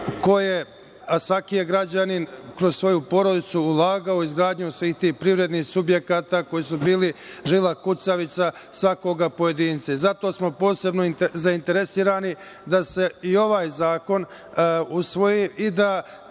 a svaki je građanin kroz svoju porodicu ulagao u izgradnju svih tih privrednih subjekata koji su bili žila kukavica svakog pojedinca. Zato smo posebno zainteresovani da se i ovaj zakon usvoji i da